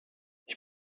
ich